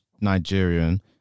Nigerian